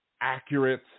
accurate